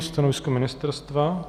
Stanovisko ministerstva?